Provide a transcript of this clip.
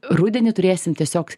rudenį turėsim tiesiog